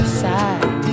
side